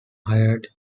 hired